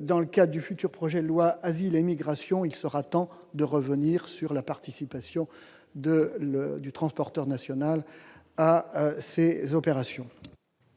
dans le cas du futur projet de loi asile et migration, il sera temps de revenir sur la participation de du transporteur national à ces opérations.